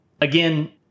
Again